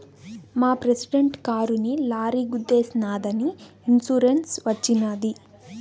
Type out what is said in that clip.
మా ప్రెసిడెంట్ కారుని లారీ గుద్దేశినాదని ఇన్సూరెన్స్ వచ్చినది